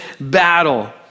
battle